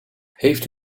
heeft